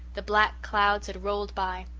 the black clouds had rolled by.